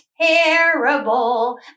terrible